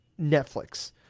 Netflix